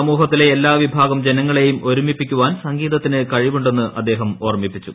സമൂഹത്തിലെ എല്ലാ വിഭാഗം ജനങ്ങളെയും ഒരുമിപ്പിക്കുവാൻ സംഗീതത്തിന് കഴിവുണ്ടെന്ന് അദ്ദേഹം ഓർമ്മിപ്പിച്ചു